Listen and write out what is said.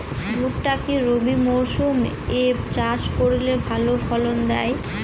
ভুট্টা কি রবি মরসুম এ চাষ করলে ভালো ফলন দেয়?